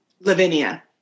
Lavinia